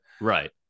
Right